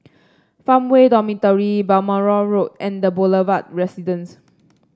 Farmway Dormitory Balmoral Road and The Boulevard Residence